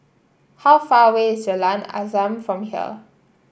how far away is Jalan Azam from here